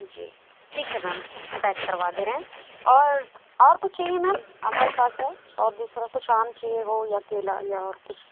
जी ठीक है ma'am pack करवा दे रहे हैं और और कुछ चाहिए मैम हमारे पास हैं और दूसरा कुछ आम चाहिए हो या केला या और कुछ